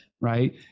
right